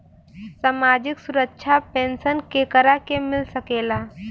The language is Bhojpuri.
सामाजिक सुरक्षा पेंसन केकरा के मिल सकेला?